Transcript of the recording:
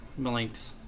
Malinks